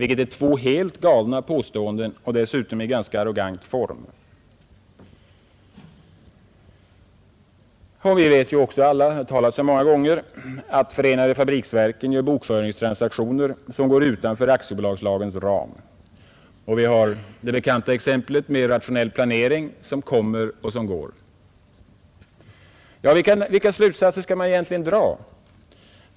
Det är två helt oriktiga påståenden, och dessutom gjorda i ganska arroganta Nr 53 former. 5 Vi vet ju också alla — det har det talats om många gånger — att AE Förenade fabriksverken gjort bokföringstransaktioner som går utanför I aktiebolagslagens ram, och vi har vidare det bekanta exemplet med Ang. erfarenheterna Rationell planering, som kommer och som går. av försöken att vidga Ja, vilka slutsatser kan man egentligen dra?